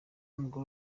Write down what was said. umugore